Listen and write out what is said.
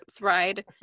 ride